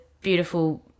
beautiful